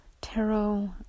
tarot